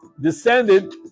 descended